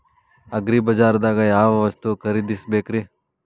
ಅಗ್ರಿಬಜಾರ್ದಾಗ್ ಯಾವ ವಸ್ತು ಖರೇದಿಸಬೇಕ್ರಿ?